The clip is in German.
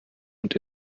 und